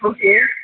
okay